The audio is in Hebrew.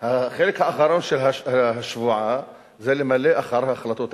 החלק האחרון של השבועה זה למלא אחר החלטות הכנסת.